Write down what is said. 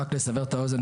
רק לסבר את האוזן,